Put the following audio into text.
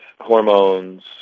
hormones